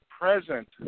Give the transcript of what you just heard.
present